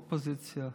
אופוזיציה,